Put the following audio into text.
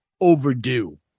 Overdue